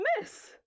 miss